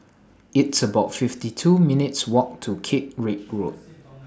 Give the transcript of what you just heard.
It's about fifty two minutes' Walk to Caterick Road